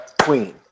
queen